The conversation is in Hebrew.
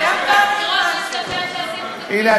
הנה,